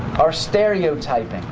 are stereotyped.